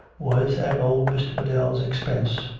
was at old mr. biddell's expense,